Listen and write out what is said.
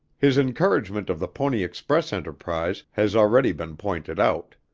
his encouragement of the pony express enterprise has already been pointed out.